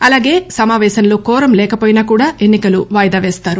అలాగే సమాపేశంలో కోరం లేకపోయినా కూడా ఎన్నికలు వాయిదా వేస్తారు